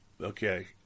Okay